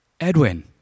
Edwin